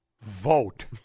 Vote